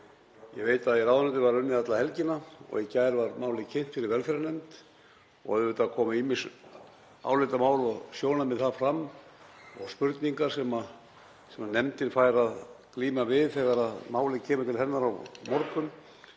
Ég veit að í ráðuneytinu var unnið alla helgina og í gær var málið kynnt fyrir velferðarnefnd. Auðvitað komu ýmis álitamál og sjónarmið þar fram og spurningar sem nefndin fær að glíma við þegar málið kemur til hennar á morgun.